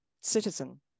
citizen